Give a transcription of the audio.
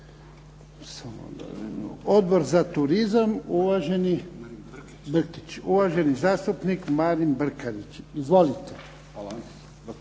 Odbor za turizam, uvaženi zastupnik Marin Brkarić. Izvolite.